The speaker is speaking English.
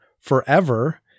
forever